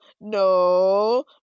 no